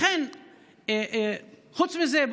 חוץ מזה,